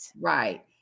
Right